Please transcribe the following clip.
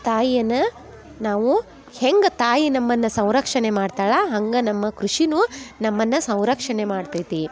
ತಾಯಿಯನ್ನ ನಾವು ಹೆಂಗೆ ತಾಯಿ ನಮ್ಮನ್ನ ಸಂರಕ್ಷಣೆ ಮಾಡ್ತಾಳೆ ಹಂಗೆ ನಮ್ಮ ಕೃಷಿನು ನಮ್ಮನ್ನ ಸಂರಕ್ಷಣೆ ಮಾಡ್ತೈತಿ